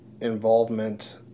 involvement